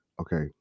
Okay